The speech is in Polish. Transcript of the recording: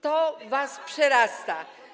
To was przerasta.